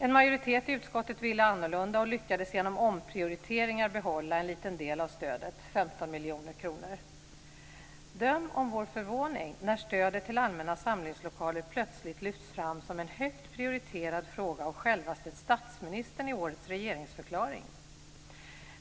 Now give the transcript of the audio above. En majoritet i utskottet ville annorlunda och lyckades genom omprioriteringar behålla en liten del av stödet - 15 miljoner kronor. Döm om vår förvåning när stödet till allmänna samlingslokaler plötsligt lyfts fram som en högt prioriterad fråga av självaste statsministern i årets regeringsförklaring.